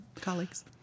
colleagues